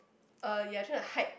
uh you are trying to hide